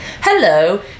hello